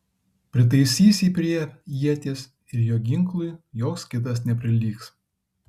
pritaisys jį prie ieties ir jo ginklui joks kitas neprilygs